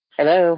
Hello